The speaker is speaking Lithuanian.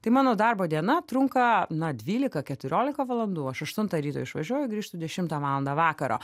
tai mano darbo diena trunka na dvylika keturiolika valandų aš aštuntą ryto išvažiuoju grįžtu dešimtą valandą vakaro